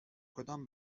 کدام